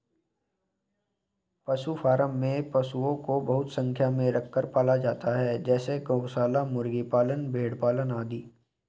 पशु फॉर्म में पशुओं को बहुत संख्या में रखकर पाला जाता है जैसे गौशाला, मुर्गी पालन, भेड़ पालन आदि